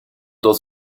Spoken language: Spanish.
dos